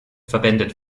verwendet